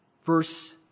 Verse